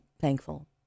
thankful